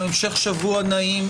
המשך שבוע נעים,